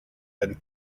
and